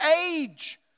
age